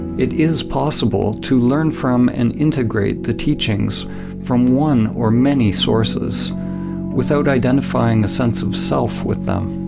it is possible to learn from and integrate the teachings from one or many sources without identifying a sense of self with them.